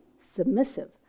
submissive